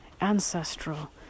ancestral